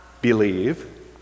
believe